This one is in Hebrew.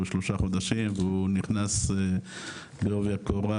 הוא שלושה חודשים והוא נכנס לעובי הקורה,